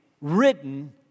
written